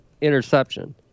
interception